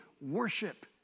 Worship